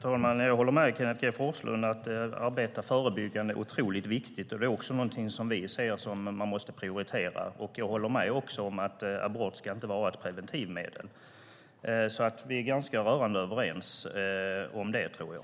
Herr talman! Jag håller med Kenneth G Forslund om att det är otroligt viktigt att arbeta förebyggande, och det är också någonting som vi ser att man måste prioritera. Jag håller också med om att abort inte ska vara ett preventivmedel. Vi är ganska rörande överens om det, tror jag.